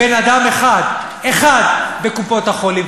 בן-אדם אחד, אחד, בקופות-החולים.